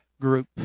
group